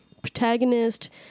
protagonist